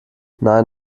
nein